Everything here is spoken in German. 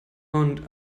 und